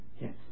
Yes